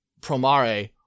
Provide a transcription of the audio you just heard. Promare